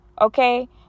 Okay